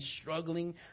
struggling